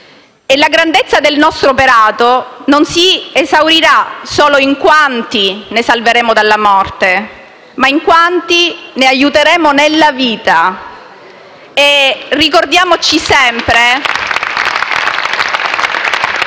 e la grandezza del nostro operato non si esaurirà solo in quanti ne salveremo dalla morte, ma in quanti ne aiuteremo nella vita. *(Applausi dai